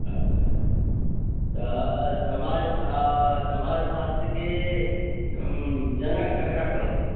अच्छा तऽ समाज समाज शास्त्रके जनक ककरा कहल जाइ छै